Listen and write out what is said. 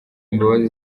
imbabazi